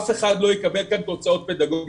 אף אחד לא יקבל כאן תוצאות פדגוגיות.